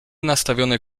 nastawione